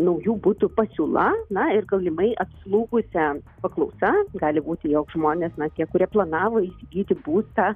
naujų butų pasiūla na ir galimai atslūgusia paklausa gali būti jog žmonės na tie kurie planavo įsigyti būstą